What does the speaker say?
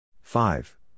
Five